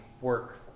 work